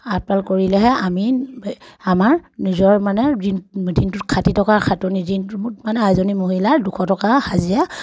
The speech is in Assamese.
আপদাল কৰিলেহে আমি আমাৰ নিজৰ মানে দিনটোত খাতি থকাৰ খাতনি দিনটোত মানে এজনী মহিলাৰ দুশ টকা হাজিৰা